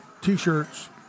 t-shirts